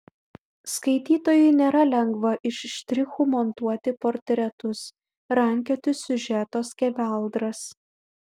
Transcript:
skaitytojui nėra lengva iš štrichų montuoti portretus rankioti siužeto skeveldras